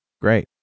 Great